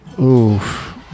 Oof